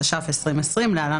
התש"ף-2020 (להלן